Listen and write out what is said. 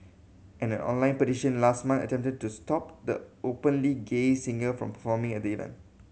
an online petition last month attempted to stop the openly gay singer from performing at the event